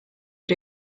but